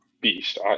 beast